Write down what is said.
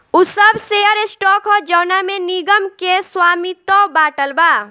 उ सब share stock ह जवना में निगम के स्वामित्व बाटल बा